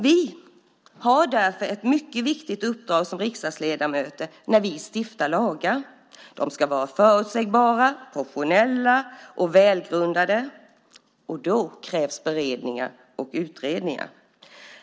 Vi har därför ett mycket viktigt uppdrag som riksdagsledamöter när vi stiftar lagar. De ska vara förutsägbara, proportionella och välgrundade. Och då krävs beredningar och utredningar.